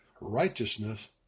righteousness